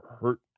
hurt